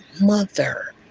mother